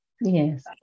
Yes